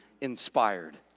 inspired